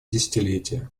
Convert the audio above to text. десятилетия